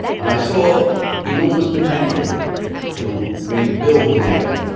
and i saw enormous potential to rebuild the negev.